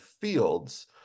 Fields